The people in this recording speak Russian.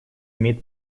имеет